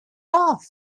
off